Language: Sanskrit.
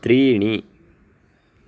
त्रीणि